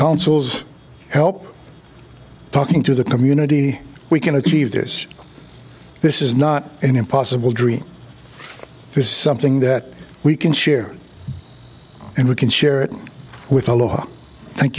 council's help talking to the community we can achieve this this is not an impossible dream this is something that we can share and we can share it with a lot thank